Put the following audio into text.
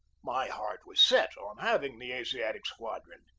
my heart was set on having the asiatic squadron.